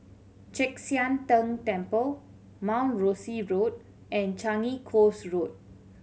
Chek Sian Tng Temple Mount Rosie Road and Changi Coast Road